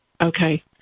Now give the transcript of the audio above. okay